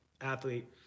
athlete